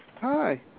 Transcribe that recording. Hi